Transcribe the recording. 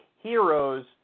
heroes